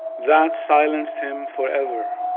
that silenced him forever.